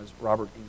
Robert